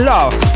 Love